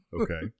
Okay